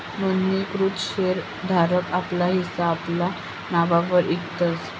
नोंदणीकृत शेर धारक आपला हिस्सा आपला नाववर इकतस